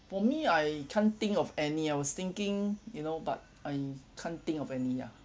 for me I can't think of any I was thinking you know but I can't think of any ya